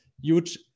huge